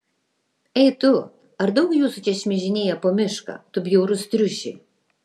ei tu ar daug jūsų čia šmižinėja po mišką tu bjaurus triuši